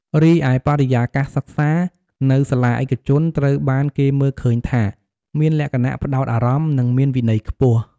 រីឯបរិយាកាសសិក្សា នៅសាលាឯកជនត្រូវបានគេមើលឃើញថាមានលក្ខណៈផ្តោតអារម្មណ៍ និងមានវិន័យខ្ពស់។